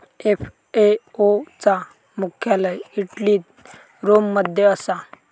FAO चा मुख्यालय इटलीत रोम मध्ये असा